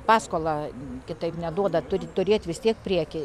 paskolą kitaip neduoda turi turėt vis tiek priekį